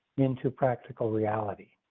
into practical reality.